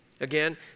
again